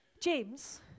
James